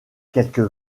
quelques